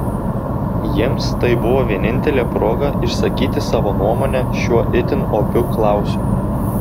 jiems tai buvo vienintelė proga išsakyti savo nuomonę šiuo itin opiu klausimu